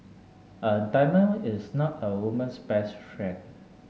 a diamond is not a woman's best friend